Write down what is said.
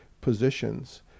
positions